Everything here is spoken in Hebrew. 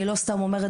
אני לא סתם אומר,